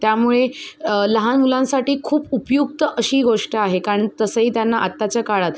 त्यामुळे लहान मुलांसाठी खूप उपयुक्त अशी गोष्ट आहे कारण तसंही त्यांना आत्ताच्या काळात